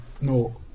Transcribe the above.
no